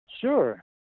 Sure